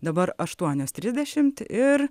dabar aštuonios trisdešimt ir